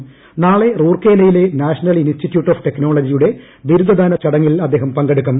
ന്യാളെ ്റൂർക്കേലയിലെ national institute of ടെക്നോളജിയുടെ ബിരുദ ദാന ചടങ്ങിൽ അദ്ദേഹം പങ്കെടുക്കും